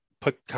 put